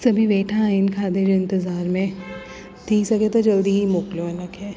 सभी वेठा आहिनि खाधे जा इंतज़ार में थी सघे त जल्दी मोकलियो हिन खे